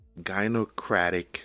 gynocratic